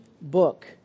book